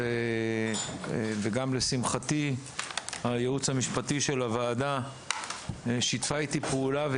וגם הייעוץ המשפטי של הוועדה שיתף איתי פעולה,